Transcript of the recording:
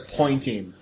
pointing